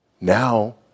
Now